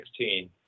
2016